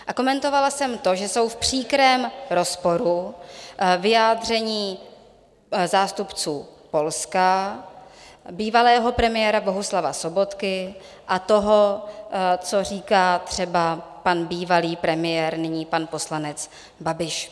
A komentovala jsem to, že jsou v příkrém rozporu vyjádření zástupců Polska, bývalého premiéra Bohuslava Sobotky a toho, co říká třeba pan bývalý premiér, nyní pan poslanec Babiš.